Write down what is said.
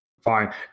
fine